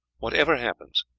whatever happens,